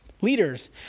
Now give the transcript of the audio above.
leaders